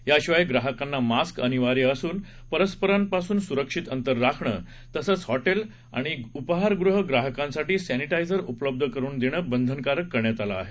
याशिवाय ग्राहकांना मास्क अनिवार्य असून परस्परांपासून सुरक्षित अंतर राखणं तसंच हॉटेल आणि उपहारगृहामध्ये ग्राहकांसाठी सर्तीटायझर उपलब्ध करून देणं बंधनकारक करण्यात आलं आहे